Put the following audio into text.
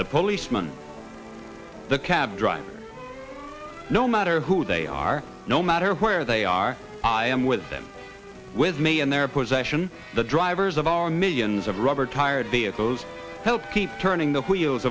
the policeman the cab driver no matter who they are no matter where they are i am with them with me in their possession the drivers of our millions of rubber tired vehicles help keep turning